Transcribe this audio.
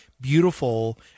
beautiful